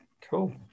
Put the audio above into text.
Cool